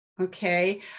Okay